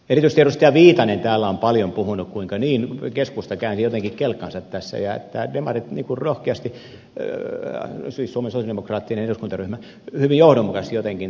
erityisesti edustaja viitanen täällä on paljon puhunut siitä kuinka keskusta käänsi jotenkin kelkkansa tässä ja että demarit rohkeasti siis suomen sosialidemokraattinen eduskuntaryhmä ja jotenkin hyvin johdonmukaisesti ovat toimineet